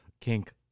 kink